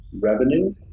revenue